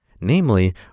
namely